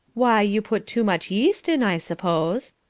why, you put too much yeast in, i suppose.